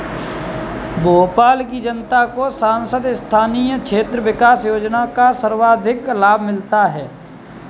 भोपाल की जनता को सांसद स्थानीय क्षेत्र विकास योजना का सर्वाधिक लाभ मिला है